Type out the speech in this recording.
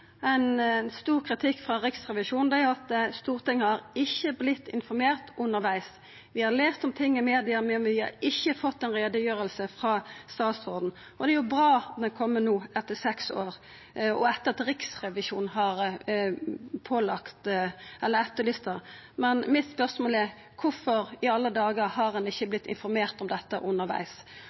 Ein stor kritikk frå Riksrevisjonen er at Stortinget ikkje har vorte informert undervegs. Vi har lese om ting i media, men vi har ikkje fått ei utgreiing frå statsråden. Det er bra at ho er komen no – etter seks år og etter at Riksrevisjonen har etterlyst ho. Men spørsmålet mitt er: Kvifor i alle dagar har ein ikkje vorte informert om dette